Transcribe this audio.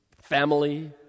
family